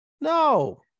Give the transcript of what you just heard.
No